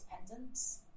independence